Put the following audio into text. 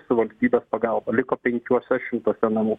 su valstybės pagalba liko penkiuose šimtuose namų